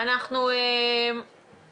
אנטישמיות לא רק באמריקה אלא גם פה.